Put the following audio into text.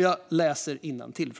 Jag läser innantill: